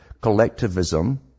collectivism